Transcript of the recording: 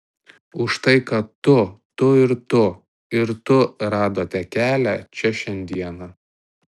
už tai kad tu tu ir tu ir tu radote kelią čia šiandieną